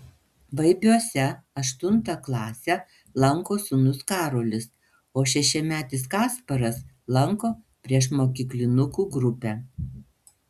baibiuose aštuntą klasę lanko sūnus karolis o šešiametis kasparas lanko priešmokyklinukų grupę